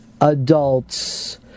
adults